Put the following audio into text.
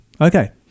Okay